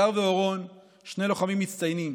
הדר ואורון הם שני לוחמים מצטיינים: